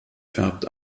färbt